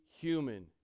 human